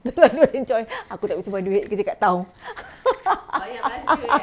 terlalu enjoy aku tak boleh simpan duit kerja dekat town